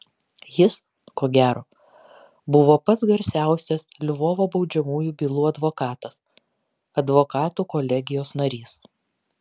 jis ko gero buvo pats garsiausias lvovo baudžiamųjų bylų advokatas advokatų kolegijos narys